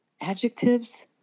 adjectives